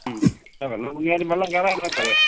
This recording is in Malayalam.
മ്മ് വെള്ള ഭൂമി ആയാലും വെള്ളം കയറാതിരുന്നാൽ പോരെ